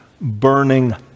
burning